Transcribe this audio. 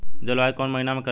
जलवायु कौन महीना में करेला?